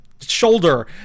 shoulder